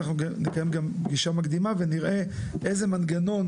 אנחנו נקיים גם פגישה מקדימה ונראה איזה מנגנון